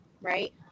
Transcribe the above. Right